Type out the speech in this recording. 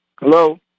Hello